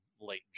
late